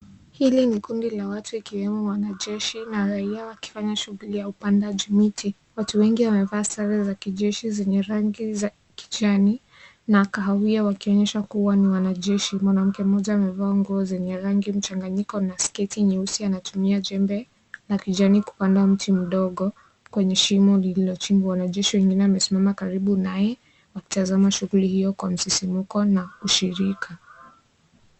Hili ni kundi la watu ikiwemo wanajeshi na raia wakifanya shughuli ya upandaji miti. Watu wengi wamevaa sera za kijeshi zenye rangi za kijani na kahawia wakionyesha kuwa ni wanajeshi. Mwanamke mmoja amevaa nguo zenye rangi mchanganyiko na sketi nyeusi anatumia jembe la kijani kupanda mti mdogo kwenye shimo lililochimbwa. Wanajeshi wengine wamesimama karibu naye, wakitazama shughuli hiyo kwa msisimko na ushirika.